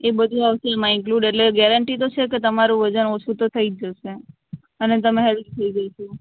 એ બધુ આવશે એમાં ઇન્ક્લુડ એટલે ગેરરન્ટી તો છે કે તમારું વજન ઓછું તો થઈ જ જશે અને તમે હેલ્થી થઈ જશો